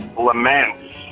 laments